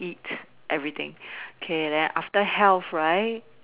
eat everything okay then after health right